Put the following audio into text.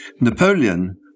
Napoleon